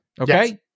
Okay